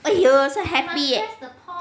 !aiyo! so happy eh